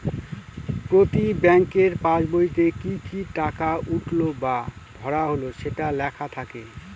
প্রতি ব্যাঙ্কের পাসবইতে কি কি টাকা উঠলো বা ভরা হল সেটা লেখা থাকে